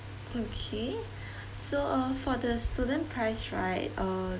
okay so uh for the student price right err